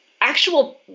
actual